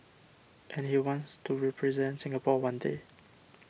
and he wants to represent Singapore one day